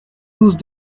douze